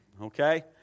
Okay